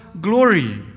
glory